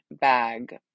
bag